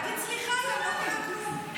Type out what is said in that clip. להגיד סליחה, לא קרה כלום.